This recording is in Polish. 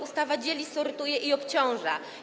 Ustawa dzieli, sortuje i obciąża.